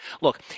Look